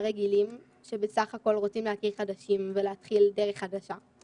רגילים שבסך הכול רוצים להכיר ילדים חדשים ולהתחיל דרך חדשה,